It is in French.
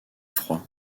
froid